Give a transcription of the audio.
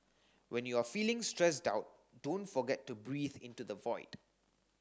when you are feeling stressed out don't forget to breathe into the void